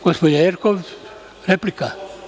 Gospođa Jerkov, replika.